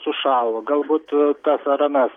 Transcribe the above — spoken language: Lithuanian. sušalo galbūt tas ar anas